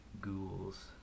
ghouls